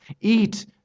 eat